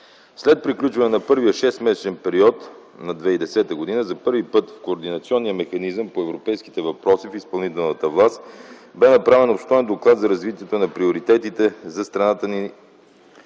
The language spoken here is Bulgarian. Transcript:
След приключване на първия шестмесечен период на 2010 г. за първи път в координационния механизъм по европейските въпроси в изпълнителната власт бе направен обстоен доклад за развитието на приоритетите за страната ни